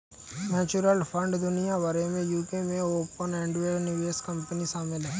mutual fund दुनिया भर में यूके में ओपन एंडेड निवेश कंपनी शामिल हैं